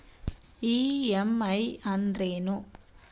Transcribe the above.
EMI ಅಂದ್ರೇನು?